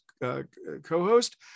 co-host